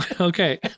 Okay